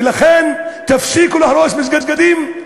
ולכן תפסיקו להרוס מסגדים.